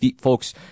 folks